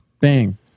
Bang